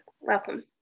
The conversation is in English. welcome